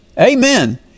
Amen